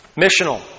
Missional